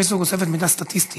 פייסבוק אוספת מידע סטטיסטי